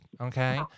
okay